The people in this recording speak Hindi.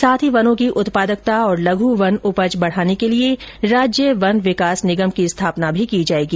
साथ ही वनों की उत्पादकता और लघ् वन उपज बढ़ाने के लिए राज्य वन विकास निगम की स्थापना भी की जायेगी